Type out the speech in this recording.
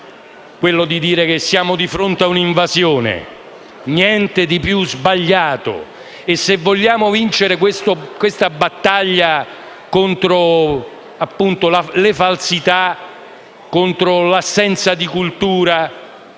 esempio, che siamo di fronte ad un invasione, ma non c'è niente di più sbagliato e, se vogliamo vincere questa battaglia contro le falsità e contro l'assenza di cultura,